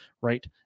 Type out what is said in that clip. right